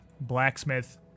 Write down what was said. blacksmith